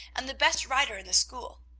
and the best writer in the school.